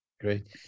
Great